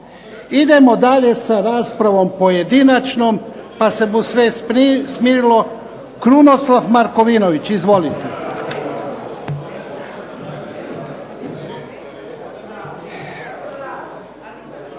Idemo dalje sa raspravom pojedinačnom, pa se bude sve smirilo. Krunoslav Markovinović. Izvolite.